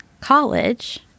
college